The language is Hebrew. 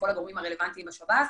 כל הגורמים הרלוונטיים בשב"ס.